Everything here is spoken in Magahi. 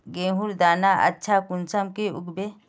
गेहूँर दाना अच्छा कुंसम के उगबे?